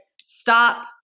stop